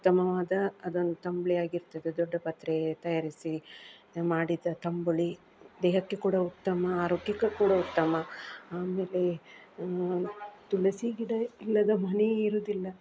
ಉತ್ತಮವಾದ ಅದೊಂದು ತಂಬ್ಳಿಯಾಗಿರ್ತದೆ ದೊಡ್ಡಪತ್ರೆ ತಯಾರಿಸಿ ಮಾಡಿದ ತಂಬುಳಿ ದೇಹಕ್ಕೆ ಕೂಡ ಉತ್ತಮ ಆರೋಗ್ಯಕ್ಕೆ ಕೂಡ ಉತ್ತಮ ಆಮೇಲೆ ತುಳಸಿ ಗಿಡ ಇಲ್ಲದ ಮನೆಯೇ ಇರುವುದಿಲ್ಲ